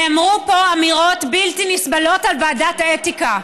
נאמרו פה אמירות בלתי נסבלות על ועדת האתיקה,